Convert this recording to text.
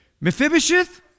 Mephibosheth